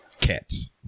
cats